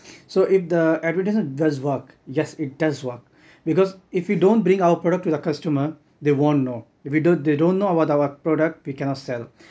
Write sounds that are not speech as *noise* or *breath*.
so it the advertisement does work yes it does work *breath* because if you don't bring our product to the customer they won't know if you don't they don't know about our product we cannot sell